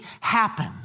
happen